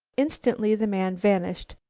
instantly the man vanished,